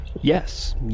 Yes